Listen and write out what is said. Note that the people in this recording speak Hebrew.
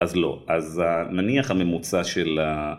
אז לא. אז נניח הממוצע של ה...